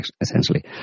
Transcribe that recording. essentially